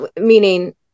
meaning